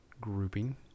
grouping